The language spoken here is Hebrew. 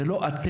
זה לא אתם.